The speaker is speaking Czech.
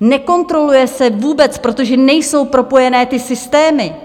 Nekontroluje se vůbec, protože nejsou propojené ty systémy,